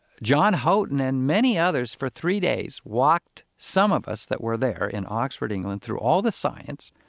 john houghton and many others, for three days, walked some of us that were there in oxford, england, through all the science,